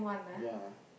ya